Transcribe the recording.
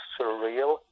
surreal